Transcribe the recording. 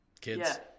Kids